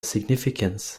significance